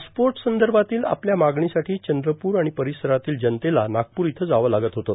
passport संदभातील आपल्या मागणीसाठी चंद्रपूर आर्माण र्पारसरातील जनतेला नागपूर इथं जावं लागत होतं